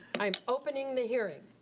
i am opening the hearing.